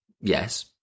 Yes